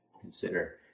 consider